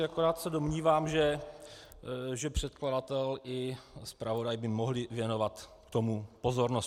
Akorát se domnívám, že předkladatel i zpravodaj by mohli věnovat tomu pozornost.